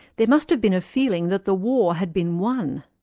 there must have been a feeling that the war had been won.